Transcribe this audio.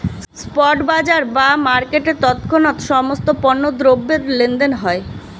spot বাজার বা মার্কেটে তৎক্ষণাৎ সমস্ত পণ্য দ্রব্যের লেনদেন হয়